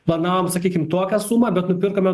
planavom sakykim tokią sumą bet nupirkome